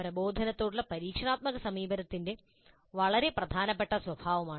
പ്രബോധനത്തോടുള്ള പരീക്ഷണാത്മക സമീപനത്തിന്റെ വളരെ പ്രധാനപ്പെട്ട സ്വഭാവമാണിത്